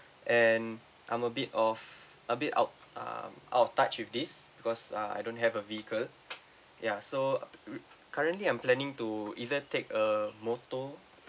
and I'm a bit of a bit out um out of touch with this because uh I don't have a vehicle ya so we currently I'm planning to either take a motor